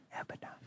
Abaddon